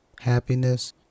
happiness